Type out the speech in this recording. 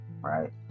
right